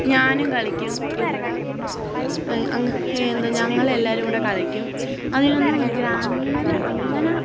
ഞാനും കളിക്കും ഇവിടെ അങ്ങ് എന്താ ഞങ്ങളെല്ലാവരും കൂടി കളിക്കും അതിനൊന്നും ഗ്രാമീണർ അങ്ങനെ